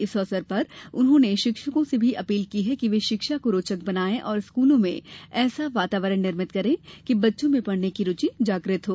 इस अवसर पर उन्होंने शिक्षकों से भी अपील की है कि वे शिक्षा को रोचक बनाये और स्कूलों में ऐसा वातावरण निर्मित करें कि बच्चों में पढ़ने की रूचि जाग्रत हो